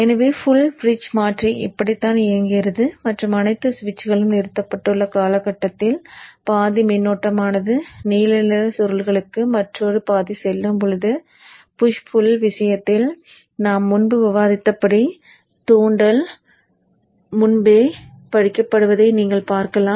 எனவே full bridge மாற்றி இப்படித்தான் இயங்குகிறது மற்றும் அனைத்து சுவிட்சுகளும் நிறுத்தப்பட்டுள்ள காலக்கட்டத்தில் பாதி மின்னோட்டமானது நீல நிற சுருளுக்குக்கு மற்றொரு பாதி செல்லும் போது புஷ் புள் விஷயத்தில் நாம் முன்பு விவாதித்தபடி தூண்டல் முன்பே படிக்கப்படுவதை நீங்கள் பார்க்கலாம்